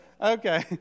Okay